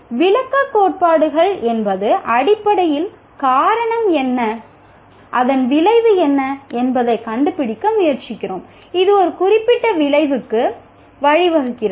விளக்கக் கோட்பாடுகள் என்பது அடிப்படையில் காரணம் என்ன அதன் விளைவு என்ன என்பதைக் கண்டுபிடிக்க முயற்சிக்கிறோம் இது ஒரு குறிப்பிட்ட விளைவுக்கு வழிவகுக்கிறது